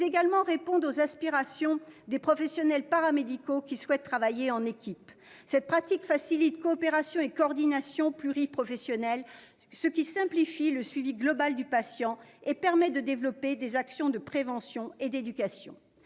également aux aspirations des professionnels paramédicaux qui souhaitent travailler en équipe. Cette pratique facilite coopération et coordination pluriprofessionnelle, ce qui simplifie le suivi global du patient et permet de développer des actions de prévention et d'éducation.